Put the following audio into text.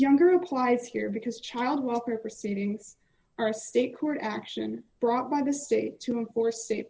younger applies here because child welfare proceedings are state court action brought by the state to enforce